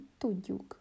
tudjuk